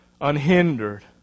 unhindered